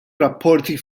rapporti